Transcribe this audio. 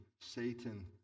Satan